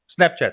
Snapchat